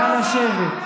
בושה.